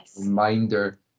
reminder